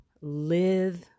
live